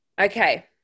Okay